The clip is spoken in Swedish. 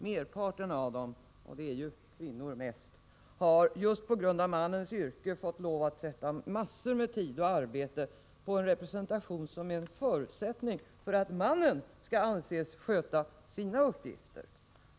Merparten av dem — det är mest kvinnor — har just på grund av mannens yrke fått lov att lägga ned en massa tid och arbete på en representation som är en förutsättning för att mannen skall anses sköta sina uppgifter.